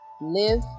live